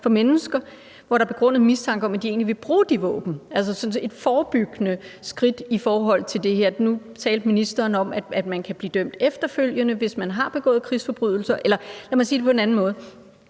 for mennesker, hvor der er begrundet mistanke om, at de egentlig vil bruge de våben, altså som et forebyggende skridt i forhold til det? Nu talte ministeren om, at man kan blive dømt efterfølgende, hvis man har begået krigsforbrydelser. Eller lad mig sige det på en anden måde: